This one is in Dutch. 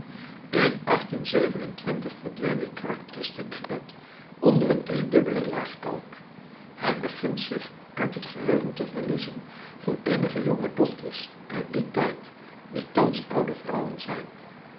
in verdween dit karakteristiek gebed onder een driedubbele laag kalk het begint zich uit het geheugen te verliezen van eenige jongedochters uit dien tijd die thans oude vrouwen zijn